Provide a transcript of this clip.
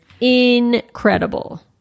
incredible